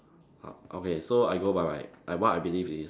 okay so I go by my like what I believe is